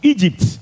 Egypt